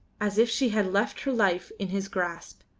as if she had left her life in his grasp,